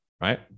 right